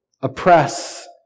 oppress